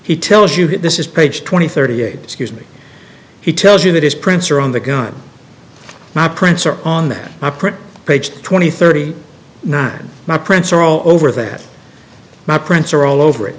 he tells you that this is page twenty thirty eight excuse me he tells you that his prints are on the gun my prints are on that i print page twenty thirty nine my prints are all over that my prints are all over it